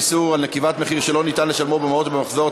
איסור על נקיבת מחיר שלא ניתן לשלמו במעות שבמחזור),